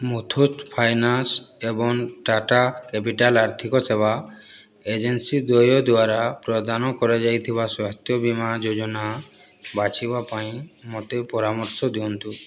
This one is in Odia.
ମୁଥୁଟ୍ ଫାଇନାନ୍ସ୍ ଏବଂ ଟାଟା କ୍ୟାପିଟାଲ୍ ଆର୍ଥିକ ସେବା ଏଜେନ୍ସି ଦ୍ୱୟ ଦ୍ଵାରା ପ୍ରଦାନ କରାଯାଇଥିବା ସ୍ୱାସ୍ଥ୍ୟ ବୀମା ଯୋଜନା ବାଛିବା ପାଇଁ ମୋତେ ପରାମର୍ଶ ଦିଅନ୍ତୁ